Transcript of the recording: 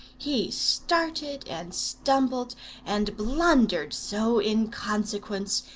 he started and stumbled and blundered so in consequence,